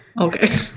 okay